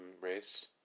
race